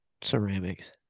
ceramics